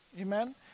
Amen